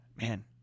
man